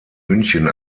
münchen